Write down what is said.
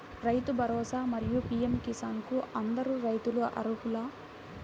రైతు భరోసా, మరియు పీ.ఎం కిసాన్ కు అందరు రైతులు అర్హులా?